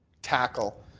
tackle